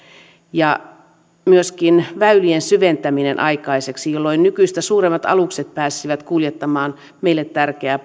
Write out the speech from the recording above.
ja myöskin väylien syventäminen aikaiseksi jolloin nykyistä suuremmat alukset pääsisivät kuljettamaan meille tärkeää